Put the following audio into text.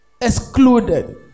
Excluded